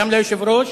גם ליושב-ראש